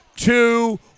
Two